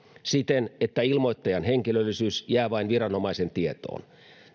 siten että ilmoittajan henkilöllisyys jää vain viranomaisen tietoon